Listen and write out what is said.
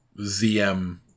ZM